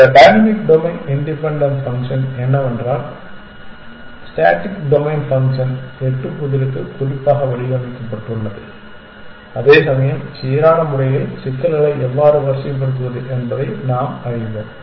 இந்த dynamic domain independent function என்னவென்றால் static domain function எட்டு புதிருக்கு குறிப்பாக வடிவமைக்கப்பட்டுள்ளது அதேசமயம் சீரான முறையில் சிக்கல்களை எவ்வாறு வரிசைப்படுத்துவது என்பதை நாம் அறிவோம்